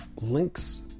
links